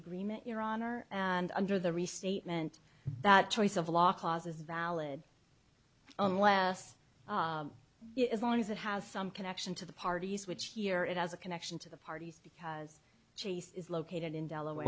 agreement your honor and under the restatement that choice of law causes valid unless it is on is it has some connection to the party switch here it has a connection to the parties because she says located in delaware